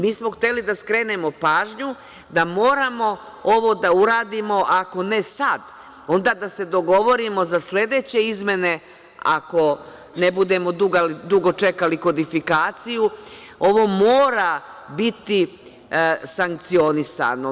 Mi smo hteli da skrenemo pažnju da moramo ovo da uradimo ako ne sada onda da se dogovorimo za sledeće izmene, ako ne budemo dugo čekali kodifikaciju, ovo mora biti sankcionisano.